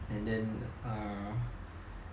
and then uh